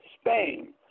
Spain